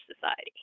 society